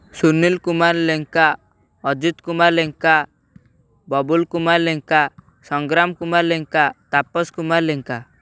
Sunil Kumar Lenka Ajit Kumar Lenka Babul Kumar Lenka Sangram Kumar Lenka Tapas Kumar Lenka